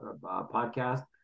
podcast